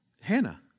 Hannah